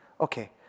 Okay